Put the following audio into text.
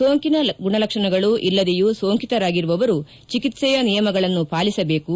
ಸೋಂಕಿನ ಗುಣಲಕ್ಷಣಗಳು ಇಲ್ಲದೆಯೂ ಸೋಂಕಿತರಾಗಿರುವವರು ಚಿಕಿತ್ಸೆಯ ನಿಯಮಗಳನ್ನು ಪಾಲಿಸಬೇಕು